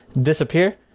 disappear